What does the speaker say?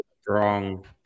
strong